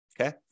okay